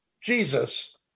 Jesus